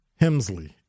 Hemsley